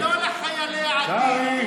זה לא לחיילי העתיד.